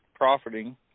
Profiting